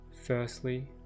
Firstly